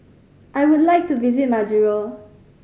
I would like to visit Majuro